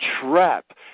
trap